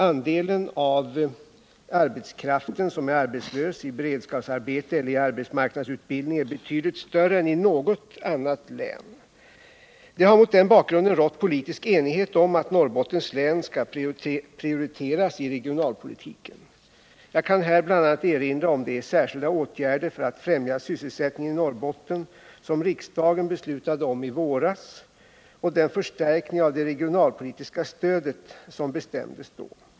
Andelen av arbetskraften som är arbetslös, i beredskapsarbete eller i arbetsmarknadsutbildning är betydligt större än i något annat län. Det har mot den bakgrunden rått politisk enighet om att Norrbottens län skall prioriteras i regionalpolitiken. Jag kan här bl.a. erinra om de särskilda åtgärder för att främja sysselsättningen i Norrbotten som riksdagen beslutade om i våras och den förstärkning av det regionalpolitiska stödet som bestämdes då.